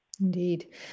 Indeed